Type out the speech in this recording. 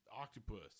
octopus